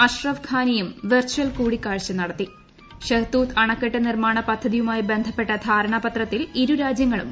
അഷ്റഫ് ഘാനിയും വെർച്ചൽ കൂടിക്കാഴ്ച നടത്തി ഷെഹ്തൂത്ത് അണക്കെട്ട് നിർമാണ പദ്ധതിയുമായി ബന്ധപ്പെട്ട ധാരണാപത്രത്തിൽ ഇരു രാജ്യങ്ങളും ഒപ്പുവച്ചു